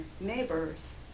neighbors